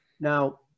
Now